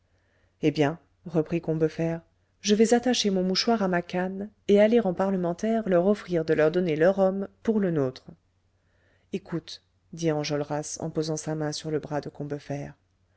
eh bien reprit combeferre je vais attacher mon mouchoir à ma canne et aller en parlementaire leur offrir de leur donner leur homme pour le nôtre écoute dit enjolras en posant sa main sur le bras de